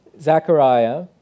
Zechariah